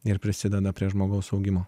ir prisideda prie žmogaus augimo